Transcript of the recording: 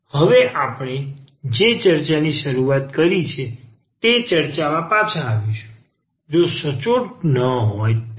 હવે આપણે જે ચર્ચા ની શરૂઆત કરી છે તે ચર્ચામાં પાછા આવીશું જો પ્રશ્ન સચોટ ન હોય તો